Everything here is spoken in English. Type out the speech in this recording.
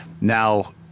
Now